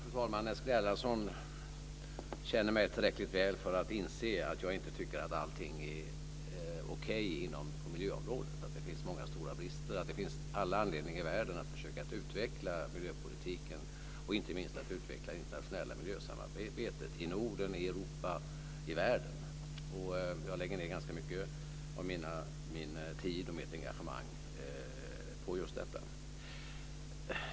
Fru talman! Eskil Erlandsson känner mig tillräckligt väl för att inse att jag inte tycker att allting är okej inom miljöområdet. Det finns många stora brister, och det finns all anledning i världen att försöka att utveckla miljöpolitiken, inte minst utveckla det internationella miljösamarbetet i Norden, i Europa, i världen. Jag lägger ned ganska mycket av min tid och mitt engagemang på just detta.